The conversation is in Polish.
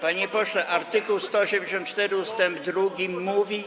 Panie pośle, art. 184 ust. 2 mówi.